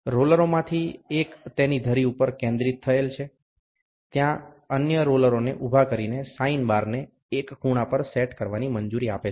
રોલરોમાંથી એક તેની ધરી ઉપર કેન્દ્રિત કરેલ છે ત્યાં અન્ય રોલરને ઉભા કરીને સાઈન બારને એક ખૂણા પર સેટ કરવાની મંજૂરી આપે છે